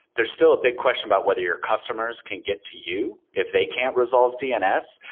there's still a big question about whether your customers can get to you if they can't resolve dns,